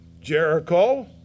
Jericho